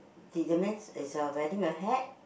did the man is a wearing a hat